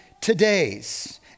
today's